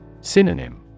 Synonym